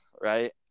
right